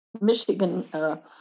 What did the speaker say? Michigan